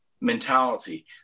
mentality